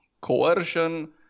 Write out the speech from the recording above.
coercion